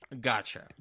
Gotcha